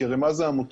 כי הרי מה זה עמותות?